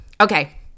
Okay